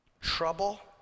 trouble